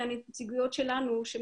מהנציגויות שלנו בחוץ לארץ אנחנו שומעים